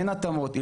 אין התאמות,